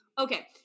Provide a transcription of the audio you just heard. okay